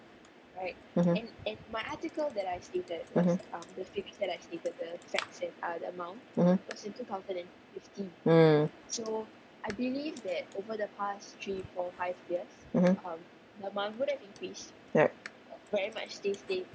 mmhmm mmhmm mmhmm mm mmhmm right